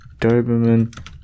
Doberman